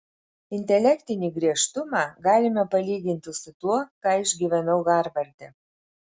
intelektinį griežtumą galime palyginti su tuo ką išgyvenau harvarde